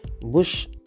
bush